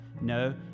no